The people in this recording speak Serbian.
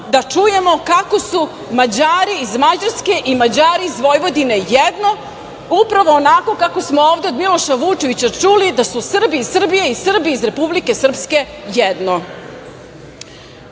da čujemo kako su Mađari iz Mađarske i Mađari iz Vojvodine jedno, upravo onako kako smo ovde od Miloša Vučevića čuli, da su Srbi iz Srbije i Srbi iz Republike Srpske